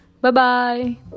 Bye-bye